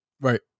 right